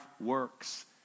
works